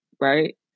right